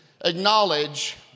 acknowledge